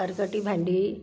खरकटी भांडी